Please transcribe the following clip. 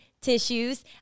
tissues